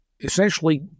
essentially